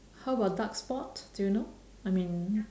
how about dark spots do you know I mean